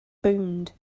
boomed